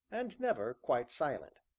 and never quite silent.